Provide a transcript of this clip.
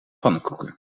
pannenkoeken